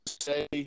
say